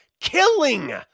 killing